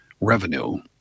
revenue